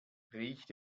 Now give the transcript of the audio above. riecht